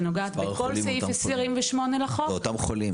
שנוגעת בכל סעיף 28 לחוק --- באותם חולים,